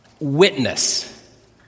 witness